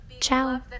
ciao